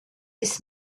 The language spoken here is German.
ist